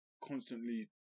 constantly